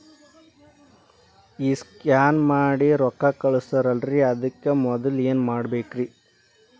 ಈ ಸ್ಕ್ಯಾನ್ ಮಾಡಿ ರೊಕ್ಕ ಕಳಸ್ತಾರಲ್ರಿ ಅದಕ್ಕೆ ಮೊದಲ ಏನ್ ಮಾಡ್ಬೇಕ್ರಿ?